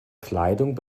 kleidung